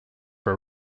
for